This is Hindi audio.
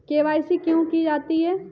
के.वाई.सी क्यों की जाती है?